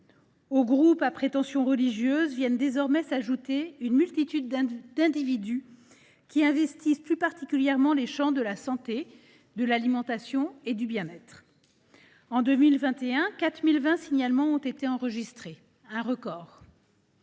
Aux groupes à prétention religieuse vient désormais s’ajouter une multitude d’individus qui investissent plus particulièrement les domaines de la santé, de l’alimentation et du bien être. Ainsi, en 2021, 4 020 signalements ont été enregistrés – un record !